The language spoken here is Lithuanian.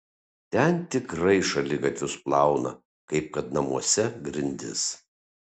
ten tikrai šaligatvius plauna kaip kad namuose grindis